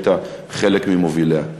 היית חלק ממוביליה.